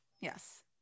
Yes